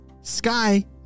Sky